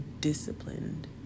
disciplined